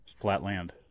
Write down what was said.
Flatland